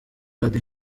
radio